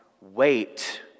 wait